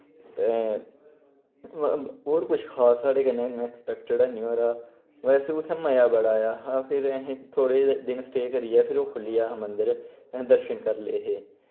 तैं होर कुच्छ खास साढ़े कन्नै अनएक्सपेक्टेड हैनी होए दा वैसे उत्थै मजा बड़ा आया हा फिर असें थोह्ड़े दिन स्टे करियै फिर ओह् खुल्लिया हा मंदर असैं दर्शन करी ले हे